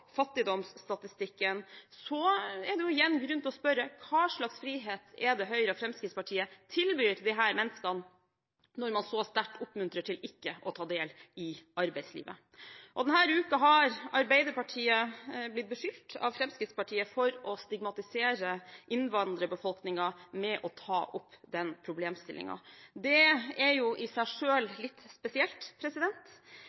fattigdomsstatistikken, er det igjen grunn til å spørre om hva slags frihet Høyre og Fremskrittspartiet tilbyr disse menneskene, når man så sterkt oppmuntrer til ikke å ta del i arbeidslivet. Denne uken har Arbeiderpartiet blitt beskyldt av Fremskrittspartiet for å stigmatisere innvandrerbefolkningen ved å ta opp denne problemstillingen. Det er i seg